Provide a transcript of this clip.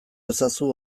ezazu